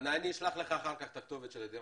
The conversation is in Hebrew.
אני אשלח לך אחר כך את הכתובת של הדירה.